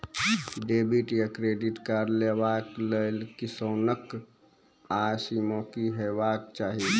Debit या credit card लेवाक लेल किसानक आय सीमा की हेवाक चाही?